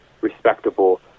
respectable